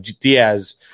Diaz